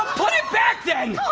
put it back then!